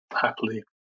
happily